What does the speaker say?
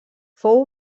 fou